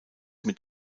mit